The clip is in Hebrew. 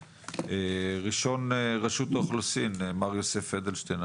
ראשון, רשות האוכלוסין, מר יוסף אדלשטיין.